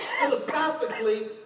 philosophically